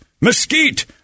mesquite